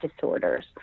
disorders